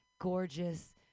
gorgeous